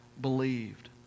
believed